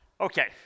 Okay